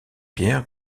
pierre